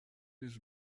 his